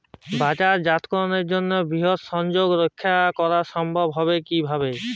বাজারজাতকরণের জন্য বৃহৎ সংযোগ রক্ষা করা সম্ভব হবে কিভাবে?